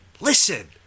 listen